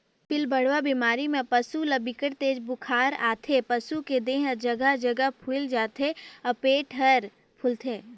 पिलबढ़वा बेमारी म पसू ल बिकट तेज बुखार आथे, पसू के देह हर जघा जघा फुईल जाथे अउ पेट हर फूलथे